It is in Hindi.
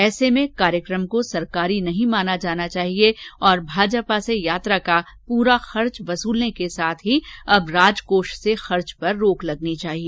ऐसे में कार्यक्रम को सरकारी नहीं माना जाना चाहिए और भाजपा से यात्रा का पूरा खर्च वसूलने के साथ ही अब राजकोष से खर्च पर रोक लगनी चाहिए